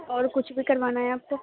اور کچھ بھی کروانا ہے آپ کو